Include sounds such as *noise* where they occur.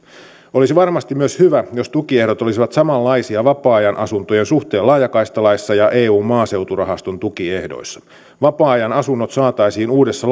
olisi varmasti myös hyvä jos tukiehdot olisivat samanlaisia vapaa ajan asuntojen suhteen laajakaistalaissa ja eu maaseuturahaston tukiehdoissa vapaa ajan asunnot saataisiin uudessa *unintelligible*